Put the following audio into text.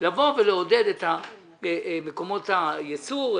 לבוא ולעודד את מקומות הייצור,